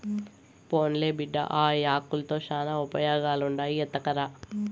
పోన్లే బిడ్డా, ఆ యాకుల్తో శానా ఉపయోగాలుండాయి ఎత్తకరా